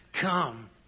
come